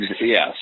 Yes